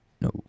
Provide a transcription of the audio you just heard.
no